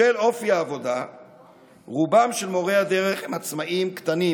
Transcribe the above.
בשל אופי העבודה רובם של מורי הדרך הם עצמאים קטנים,